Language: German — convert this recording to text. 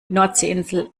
nordseeinsel